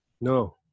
No